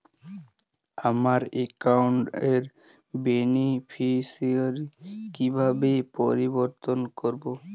আমার অ্যাকাউন্ট র বেনিফিসিয়ারি কিভাবে পরিবর্তন করবো?